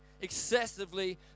excessively